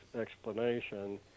explanation